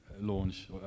launch